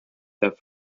that